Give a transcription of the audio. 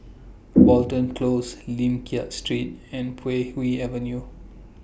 Watten Close Lim Liak Street and Puay Hee Avenue